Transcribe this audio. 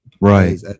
Right